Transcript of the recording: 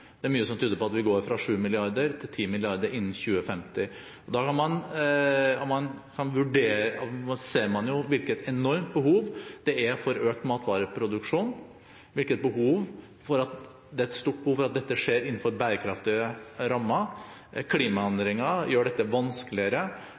det er mye som tyder på at vi går fra sju milliarder til ti milliarder mennesker innen 2050. Da ser man hvilket enormt behov for økt matvareproduksjon, og det er et stort behov for at dette skjer innenfor bærekraftige rammer.